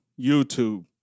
YouTube